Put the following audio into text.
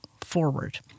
forward